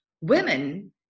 women